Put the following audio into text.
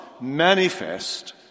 manifest